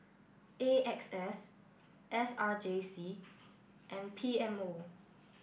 A X S S R J C and P M O